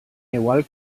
igual